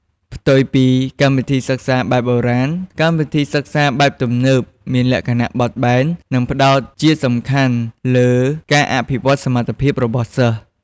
ផ្ទុយពីកម្មវិធីសិក្សាបែបបុរាណ កម្មវិធីសិក្សាបែបទំនើប មានលក្ខណៈ បត់បែន និងផ្តោតជាសំខាន់លើ ការអភិវឌ្ឍសមត្ថភាព របស់សិស្ស។